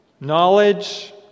knowledge